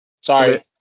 Sorry